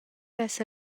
vess